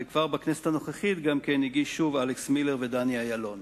וכבר בכנסת הנוכחית הגישו גם אלכס מילר ודני אילון.